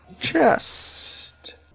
chest